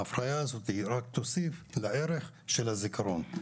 האפליה הזאת היא רק תוסיף לערך של הזיכרון,